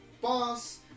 Boss